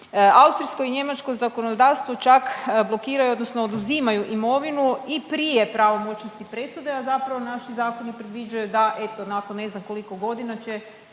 Austrijsko i njemačko zakonodavstvo čak blokiraju, odnosno oduzimaju imovinu i prije pravomoćnosti presude, a zapravo naši zakoni predviđaju da eto nakon ne znam koliko godina će